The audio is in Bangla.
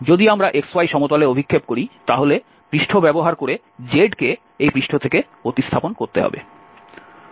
যদি আমরা xy সমতলে অভিক্ষেপ করি তাহলে পৃষ্ঠ ব্যবহার করে z কে এই পৃষ্ঠ থেকে প্রতিস্থাপন করতে হবে